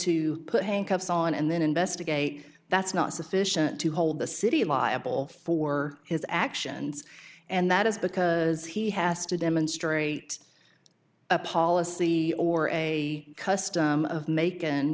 to put handcuffs on and then investigate that's not sufficient to hold the city liable for his actions and that is because he has to demonstrate a policy or a custom of ma